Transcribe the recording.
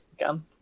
again